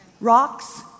Rocks